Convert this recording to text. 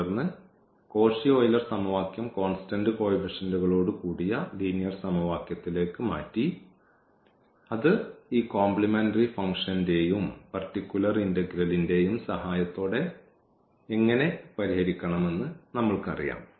തുടർന്ന് Cauchy Euler സമവാക്യം constant കോയിഫിഷ്യൻറുകളോട് കൂടിയ ലീനിയർ സമവാക്യത്തിലേക്ക് മാറ്റി അത് ഈ കോംപ്ലെമെന്ററി ഫങ്ക്ഷന്റെയും പർട്ടികുലർ ഇന്റഗ്രൽന്റെയും സഹായത്തോടെ എങ്ങനെ പരിഹരിക്കണമെന്ന് നമ്മൾക്കറിയാം